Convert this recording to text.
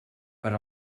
per